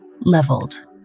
leveled